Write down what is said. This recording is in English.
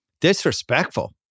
disrespectful